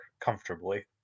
comfortably